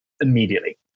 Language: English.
immediately